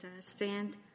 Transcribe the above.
stand